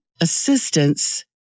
assistance